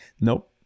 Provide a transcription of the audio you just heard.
nope